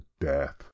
death